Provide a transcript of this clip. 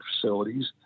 facilities